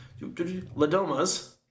ladomas